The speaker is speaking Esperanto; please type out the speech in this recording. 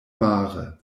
mare